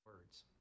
words